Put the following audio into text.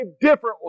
differently